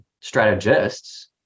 strategists